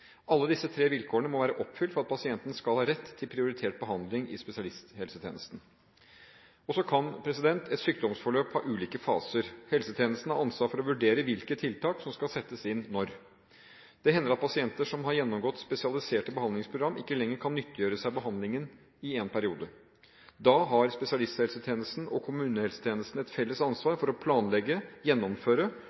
Alle disse tre vilkårene må være oppfylt for at pasienten skal ha rett til prioritert behandling i spesialisthelsetjenesten. Så kan et sykdomsforløp ha ulike faser. Helsetjenesten har ansvar for å vurdere hvilke tiltak som skal settes inn når. Det hender at pasienter som har gjennomgått spesialiserte behandlingsprogram, ikke lenger kan nyttiggjøre seg behandlingen i en periode. Da har spesialisthelsetjenesten og kommunehelsetjenesten et felles ansvar for å planlegge, gjennomføre